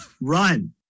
run